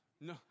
No